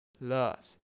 loves